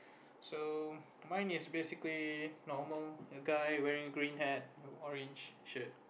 so mine is basically normal a guy wearing green hat and orange shirt